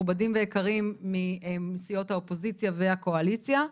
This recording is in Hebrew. מכובדים ויקרים מסיעות האופוזיציה והקואליציה.